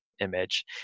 image